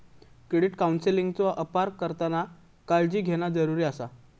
credit काउन्सेलिंगचो अपार करताना काळजी घेणा जरुरी आसा